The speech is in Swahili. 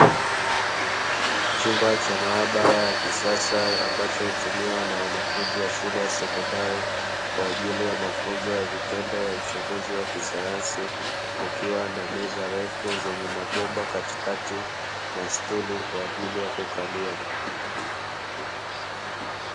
Chumba cha maabara ya kisasa ambacho hutumiwa na wanafunzi wa shule ya sekondari kwa ajili ya mafunzo ya vitendo ya uchunguzi wa kisayansi, kukiwa na meza refu zenye mabomba katikati na stuli kwa ajili ya kukalia.